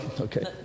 okay